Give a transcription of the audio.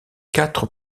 quatre